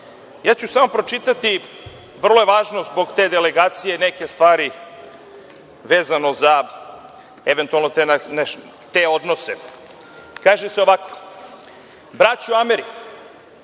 ću samo pročitati, vrlo je važno zbog te delegacije, neke stvari vezano za eventualno te odnose. Kaže se ovako: „Braćo Ameri,